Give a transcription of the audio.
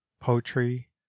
Poetry